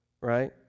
right